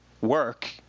work